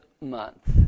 month